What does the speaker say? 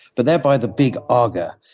but there by the big aga,